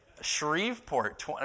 Shreveport